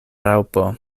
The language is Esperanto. raŭpo